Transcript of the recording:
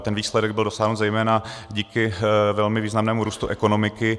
Ten výsledek byl dosažen zejména díky velmi významnému růstu ekonomiky.